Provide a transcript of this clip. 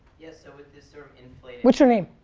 yeah so with this sort of inflating what's your name?